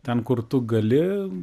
ten kur tu gali